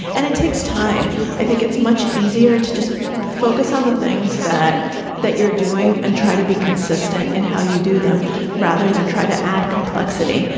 and it takes time. i think it's much easier to just focus on the things that that you're doing and try to be consistent in how you do them rather than try to add complexity.